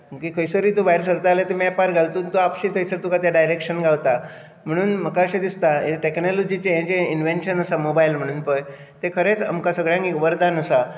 खंयसरूय तूं भायर सरता जाल्यार तें मॅपार घालतच आपशींच तुका तें डायरेक्शन गावता म्हणून म्हाका अशें दिसता टॅक्नोलोजीचें हें जें इनवेशन आसा मोबायल म्हणून पळय तें खरेंच आमकां सगळ्यांक वरदान आसा